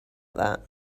that